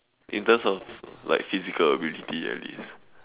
in terms of like physical ability at least